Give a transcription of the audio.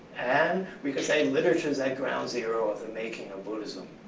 and we can say literature is at ground zero of the making of buddhism,